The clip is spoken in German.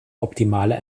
optimale